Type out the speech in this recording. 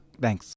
Thanks